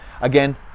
again